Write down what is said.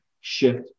shift